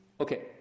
Okay